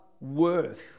worth